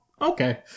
okay